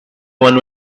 one